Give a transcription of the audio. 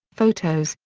photos,